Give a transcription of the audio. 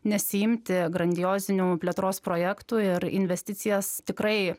nesiimti grandiozinių plėtros projektų ir investicijas tikrai